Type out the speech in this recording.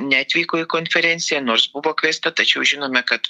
neatvyko į konferenciją nors buvo kviesta tačiau žinome kad